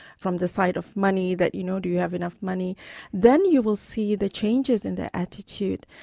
from the side of money, that, you know, do you have enough money then you will see the changes in their attitude,